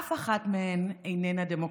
ואף אחת מהן איננה דמוקרטית,